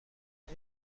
اون